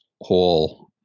whole